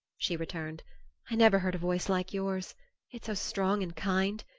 she returned i never heard a voice like yours it's so strong and kind.